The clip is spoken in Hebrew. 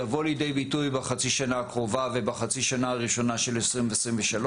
יבוא לידי ביטוי בחצי שנה הקרובה ובחצי שנה הראשונה של 2023,